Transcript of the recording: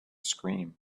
scream